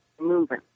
moving